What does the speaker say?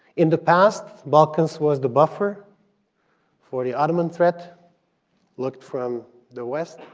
in the past, balkans was the buffer for the ottoman threat looked from the west.